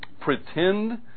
pretend